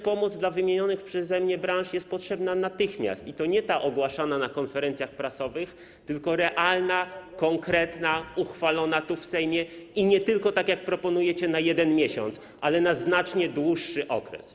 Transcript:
Pomoc dla wymienionych przeze mnie branż jest potrzebna natychmiast, i to nie ta ogłaszana na konferencjach prasowych, tylko ta realna, konkretna, uchwalona tu, w Sejmie, i nie tylko, tak jak proponujecie, na 1 miesiąc, ale na znacznie dłuższy okres.